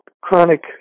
chronic